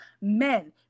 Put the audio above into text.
Men